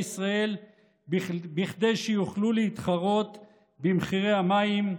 ישראל כדי שיוכלו להתחרות במחירי המים,